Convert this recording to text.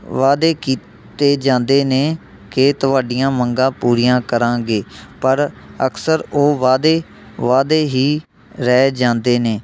ਵਾਅਦੇ ਕੀਤੇ ਜਾਂਦੇ ਨੇ ਕਿ ਤੁਹਾਡੀਆਂ ਮੰਗਾਂ ਪੂਰੀਆਂ ਕਰਾਂਗੇ ਪਰ ਅਕਸਰ ਉਹ ਵਾਅਦੇ ਵਾਅਦੇ ਹੀ ਰਹਿ ਜਾਂਦੇ ਨੇ